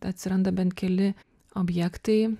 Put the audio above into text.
atsiranda bent keli objektai